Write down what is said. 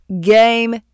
game